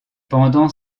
pendant